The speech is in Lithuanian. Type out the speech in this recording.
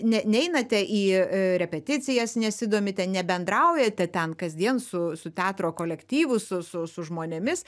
ne neinate į repeticijas nesidomite nebendraujate ten kasdien su su teatro kolektyvu su su su žmonėmis